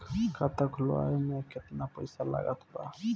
खाता खुलावे म केतना पईसा लागत बा?